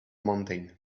mountain